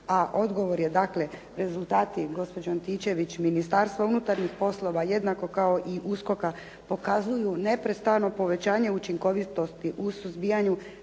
a odgovor je dakle rezultati gospođo Antičević Ministarstvo unutarnjih poslova jednako kao i USKOK-a pokazuju neprestano povećanje učinkovitosti u suzbijanju